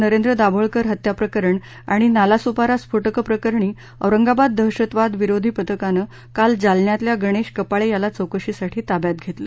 नरेंद्र दाभोलकर हत्या प्रकरण आणि नालासोपारा स्फोटकप्रकरणी औरंगाबाद दहशतवाद विरोधी पथकानं काल जालन्यातल्या गणेश कपाळे याला चौकशीसाठी ताब्यात घेतलं